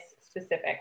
specific